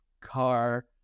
car